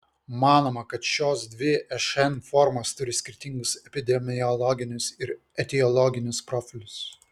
manoma kad šios dvi šn formos turi skirtingus epidemiologinius ir etiologinius profilius